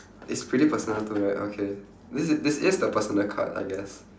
it's pretty personal too right okay this is this is the personal card I guess